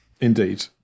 Indeed